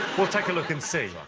we'll take a look and see.